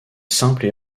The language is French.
simple